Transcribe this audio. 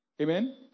amen